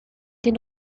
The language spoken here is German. den